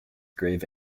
grave